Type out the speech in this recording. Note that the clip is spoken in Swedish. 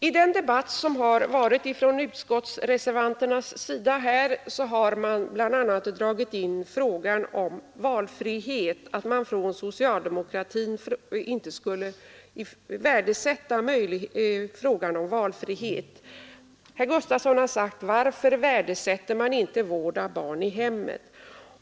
I den debatt som utskottsreservanterna har fört här har man bl.a. dragit in frågan om valfrihet och påstått att socialdemokraterna inte skulle värdesätta möjligheterna till valfrihet. Herr Gustavsson i Alvesta har frågat: Varför värdesätter man inte vård av barn i hemmet?